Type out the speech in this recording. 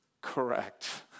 Correct